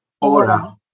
ORA